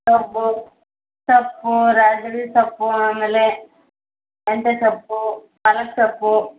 ಸೊಪ್ಪು ಸೊಪ್ಪು ರಾಜಗಿರಿ ಸೊಪ್ಪು ಆಮೇಲೆ ಮೆಂತ್ಯೆ ಸೊಪ್ಪು ಪಾಲಕ್ ಸೊಪ್ಪು